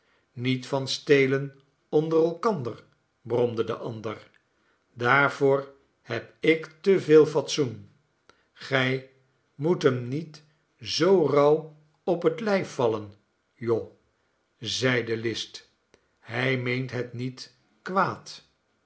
niet van stelen onder elkander bromde de ander daarvoor heb ik te veel fatsoen gij moet hem niet zoo rauw op het lijf vallen jowl zeide list hij meent het niet kwaad